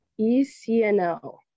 ECNL